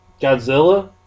Godzilla